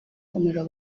umuriro